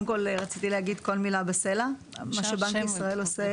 חשוב להגיד, מה שבנק ישראל עושים